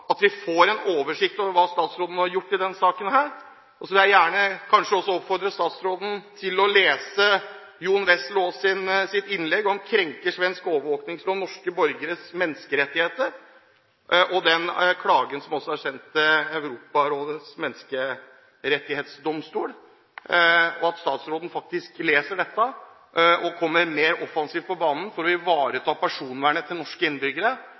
at vi får en oversikt over hva statsråden har gjort i denne saken. Jeg vil også oppfordre statsråden til å lese innlegget til Jon Wessel-Aas om at svensk overvåkning er krenkende for norske borgeres menneskerettigheter, og den klagen som også er sendt til Europarådets menneskerettighetsdomstol. Jeg håper statsråden leser dette og kommer mer offensivt på banen for å ivareta personvernet til norske innbyggere.